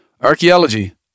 archaeology